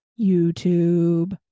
youtube